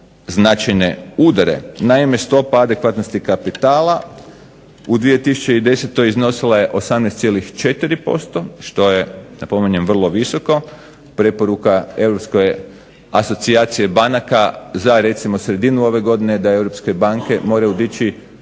značajne udare. Naime, stopa adekvatnosti kapitala u 2010. iznosila je 18,4% što je napominjem vrlo visoko, preporuka europskoj asocijaciji banaka za recimo sredinu ove godine, da Europske banke moraju dići